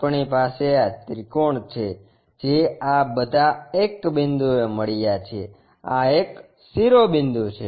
આપણી પાસે આ ત્રિકોણ છે જે આ બધા 1 બિંદુએ મળ્યા છે આ એક શિરોબિંદુ છે